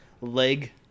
leg